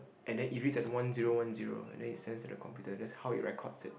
and then it reads as one zero one zero and then it sends to the computer that's how you records it